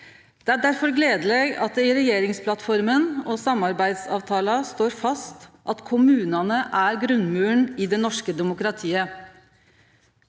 Det er derfor gledeleg at det i regjeringsplattforma og samarbeidsavtala står fast at kommunane er grunnmuren i det norske demokratiet.